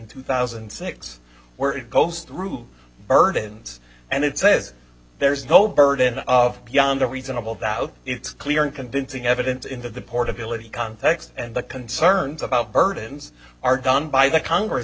two thousand and six where it goes through burdens and it says there's no burden of beyond a reasonable doubt it's clear and convincing evidence into the portability context and the concerns about burdens are done by the congress